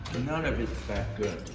and none of it's that good.